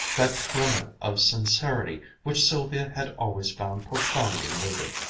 that tremor of sincerity which sylvia had always found profoundly moving.